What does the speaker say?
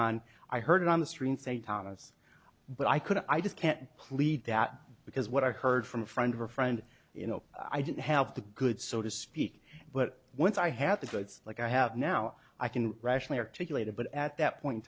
on i heard it on the street say thomas but i couldn't i just can't plead that because what i heard from a friend of a friend you know i didn't have the goods so to speak but once i had the goods like i have now i can rationally or to you later but at that point